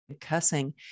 cussing